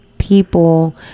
People